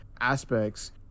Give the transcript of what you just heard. aspects